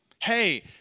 Hey